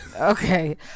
okay